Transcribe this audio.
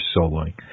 soloing